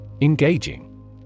Engaging